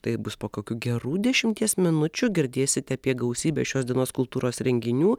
taip bus po kokių gerų dešimties minučių girdėsite apie gausybę šios dienos kultūros renginių